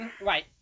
Right